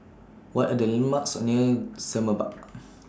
What Are The landmarks near Semerbak